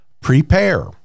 prepare